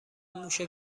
موش